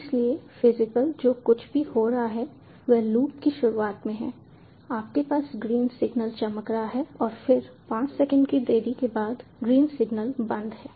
इसलिए फिजिकली जो कुछ भी हो रहा है वह लूप की शुरुआत में है आपके पास ग्रीन सिग्नल चमक रहा है और फिर 5 सेकंड की देरी के बाद ग्रीन सिग्नल बंद है